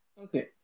Okay